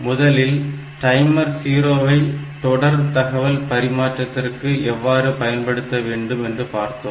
முதலில் டைமர் 0 ஐ தொடர் தகவல் பரிமாற்றத்திற்கு எவ்வாறு பயன்படுத்த வேண்டும் என்று பார்த்தோம்